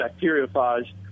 bacteriophage